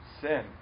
sin